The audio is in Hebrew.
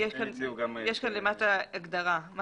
יש כאן למטה הגדרה, ב-(ד).